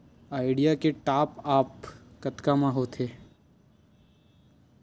Idea के top आप कतका म होथे?